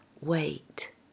wait